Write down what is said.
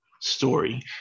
story